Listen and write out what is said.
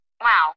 Wow